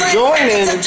joining